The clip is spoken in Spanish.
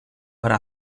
para